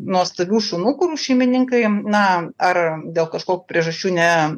nuostabių šunų kurių šeimininkai na ar dėl kažkokių priežasčių ne